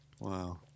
Wow